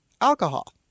alcohol